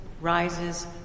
rises